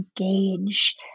engage